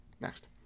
Next